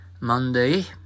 Monday